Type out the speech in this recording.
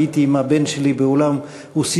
הייתי עם הבן שלי באולם אוסישקין,